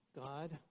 God